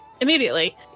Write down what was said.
immediately